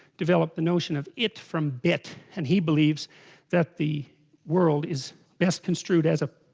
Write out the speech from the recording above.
develop the notion of it from bit and he believes that the world is best construed as a?